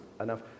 enough